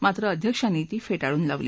मात्र अध्यक्षांनी ती फेटाळून लावली